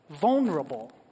vulnerable